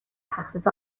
تخفیف